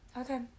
Okay